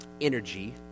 energy